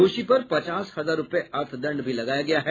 दोषी पर पचास हजार रुपये अर्थदंड भी लगाया गया है